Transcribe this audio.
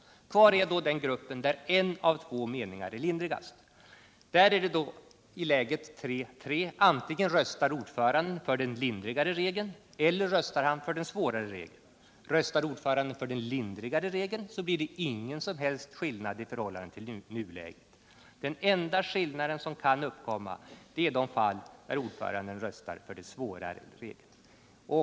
Kvar är då den grupp där en av två meningar är lindrigast. I läget tre mot tre röstar ordföranden antingen för den lindrigare regeln eller för den svårare regeln. Röstar ordföranden för den lindrigare regeln blir det ingen som helst skillnad i förhållande till nuläget. De enda fall där en skillnad kan uppkomma är där ordföranden röstar för den svårare regeln.